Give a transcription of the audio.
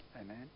Amen